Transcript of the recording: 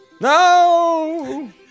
No